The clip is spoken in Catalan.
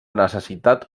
necessitat